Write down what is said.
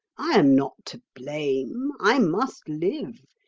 i am not to blame. i must live.